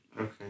Okay